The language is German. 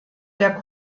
der